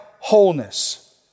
wholeness